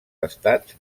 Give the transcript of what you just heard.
estats